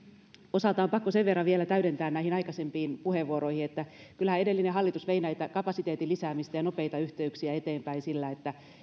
on pakko sen verran vielä täydentää näihin aikaisempiin puheenvuoroihin että kyllähän edellinen hallitus vei näitä kapasiteetin lisäämistä ja nopeita yhteyksiä eteenpäin sillä että